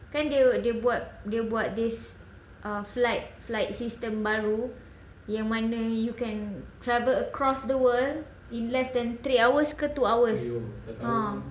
kan they dia buat dia buat this err flight flight system baru yang mana you can travel across the world in less than three hours ke two hours a'ah